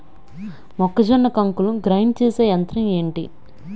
మొక్కజొన్న కంకులు గ్రైండ్ చేసే యంత్రం ఏంటి?